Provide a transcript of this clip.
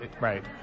Right